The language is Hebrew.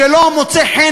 שלא מוצא חן,